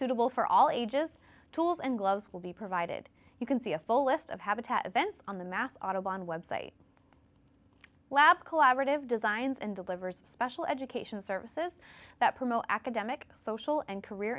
suitable for all ages tools and gloves will be provided you can see a full list of habitat events on the mass autobahn website lab collaborative designs and delivers special education services that promote academic social and career